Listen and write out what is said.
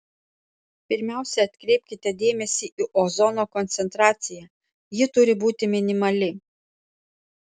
pirmiausia atkreipkite dėmesį į ozono koncentraciją ji turi būti minimali